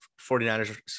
49ers